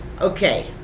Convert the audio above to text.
Okay